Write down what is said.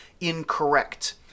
incorrect